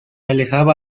alejaba